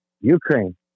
Ukraine